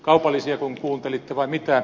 kaupallisiako kuuntelitte vai mitä